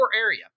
area